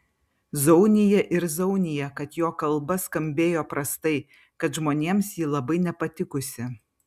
zaunija ir zaunija kad jo kalba skambėjo prastai kad žmonėms ji labai nepatikusi